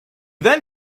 then